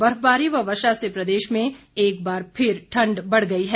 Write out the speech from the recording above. बर्फबारी व वर्षा से प्रदेश में एक बार फिर ठण्ड बढ़ गई है